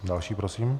Další prosím.